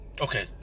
Okay